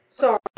sorry